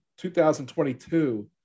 2022